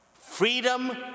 Freedom